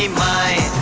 mine.